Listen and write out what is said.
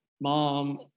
mom